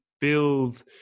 build